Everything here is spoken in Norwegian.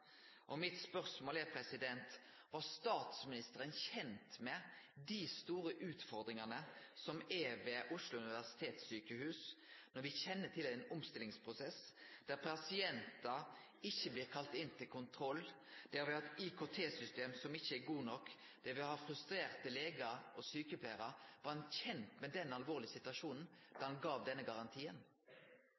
spørsmål er: Var statsministeren kjend med dei store utfordringane som er ved Oslo universitetssykehus? Me kjenner til ein omstillingsprosess der pasientar ikkje blir kalla inn til kontroll, der ein har eit IKT-system som ikkje er godt nok, og der ein har frustrerte legar og sjukepleiarar. Var han kjend med den alvorlege situasjonen da han gav denne garantien?